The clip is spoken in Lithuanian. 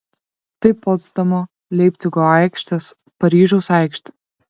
tai potsdamo leipcigo aikštės paryžiaus aikštė